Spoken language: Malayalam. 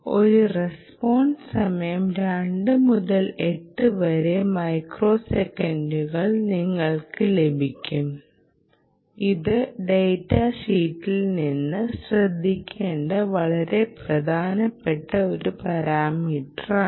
ഒരു റസ്പോൺസ് സമയം 2 മുതൽ 8 വരെ മൈക്രോസെക്കന്റുകൾ നിങ്ങൾക്ക് ലഭിക്കും ഇത് ഡാറ്റ ഷീറ്റിൽ നിന്ന് ശ്രദ്ധിക്കേണ്ട വളരെ പ്രധാനപ്പെട്ട ഒരു പാരാമീറ്ററാണ്